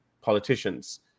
politicians